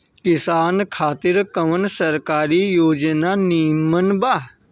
किसान खातिर कवन सरकारी योजना नीमन बा?